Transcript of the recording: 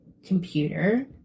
Computer